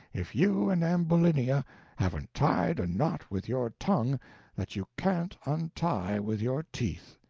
if you and ambulinia haven't tied a knot with your tongue that you can't untie with your teeth.